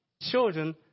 children